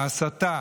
ההסתה